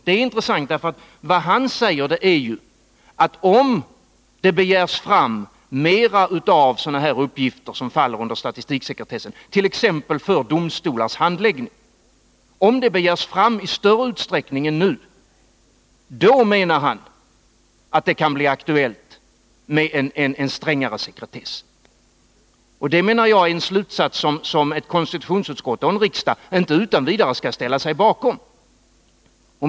Det är intressant, för vad han säger är ju att om sådana uppgifter som faller under statistiksekretessen, t.ex. för domstolars handläggning, begärs fram i större utsträckning än nu, då kan det bli aktuellt med en strängare sekretess. Det tycker jag är en slutsats som konstitutionsutskottet och riksdagen inte utan vidare skall ställa sig bakom.